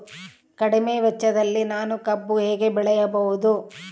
ಕಡಿಮೆ ವೆಚ್ಚದಲ್ಲಿ ನಾನು ಕಬ್ಬು ಹೇಗೆ ಬೆಳೆಯಬಹುದು?